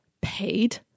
Paid